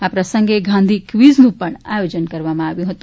આ પ્રસંગે ગાંધી ક્વીઝ નું પણ આયોજન કરવામાં આવ્યું હતું